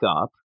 up